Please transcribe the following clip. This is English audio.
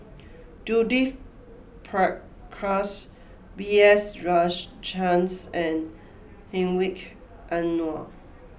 Judith Prakash B S Rajhans and Hedwig Anuar